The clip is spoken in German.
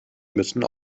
müssen